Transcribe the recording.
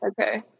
Okay